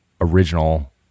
original